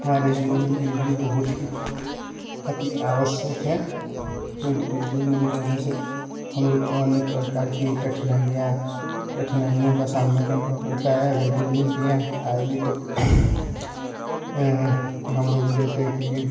हमारे जीवन में बिजली बहुत ही अति आवश्यक है क्योंकि बिजली नहीं रहने से हम लोग को अनेक प्रकार की कठिनाइयाँ कठिनाइयों का सामना करना पड़ता है अगर बिजली नहीं आ आएगी तो हम लोग जैसे कि